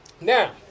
Now